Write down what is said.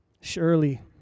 surely